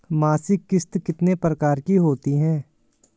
मासिक किश्त कितने प्रकार की होती है?